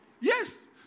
Yes